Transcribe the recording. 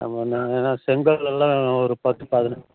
செங்கல் எல்லாம் ஒரு பத்து பதினைஞ்சு